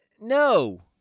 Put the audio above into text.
No